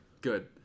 Good